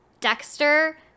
Dexter